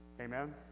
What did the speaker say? Amen